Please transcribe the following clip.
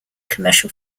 commercial